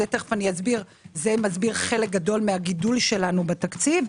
זה מסביר חלק גדול מהגידול שלנו בתקציב.